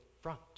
front